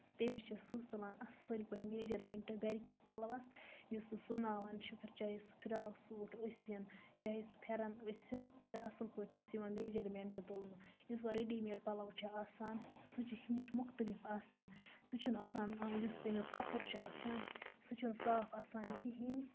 تٔمِس چھُ سٕژ تُلان اَصٕل پٲٹھۍ میجرمینٹ گرِ کِس پَلوَس یُس سُہ سُوناوان چھُ پھر چاہے سُہ فِرق سوٗٹ آسٕنۍ چاہے سُہ پھیرَن آسٕنۍ تہٕ اَصٕل پٲٹھۍ چھُس یِوان میجرمینٹ تُلنہٕ یُس وۄنۍ ریڈی میڈ پَلو چھُ آسان سُہ چھُ ہُمہِ نِش مُختلِف آسان سُہ چھُنہٕ آسان یُس تَمیُک کَپُر چھُ آسان سُہ چھُنہٕ صاف آسان کِہیٖنۍ